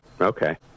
okay